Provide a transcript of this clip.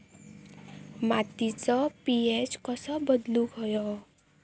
मातीचो पी.एच कसो बदलुक होयो?